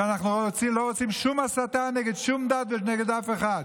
שאנחנו לא רוצים שום הסתה נגד שום דת ונגד אף אחד,